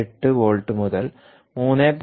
8 volt മുതൽ 3